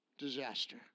disaster